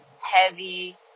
heavy